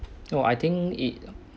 no I think it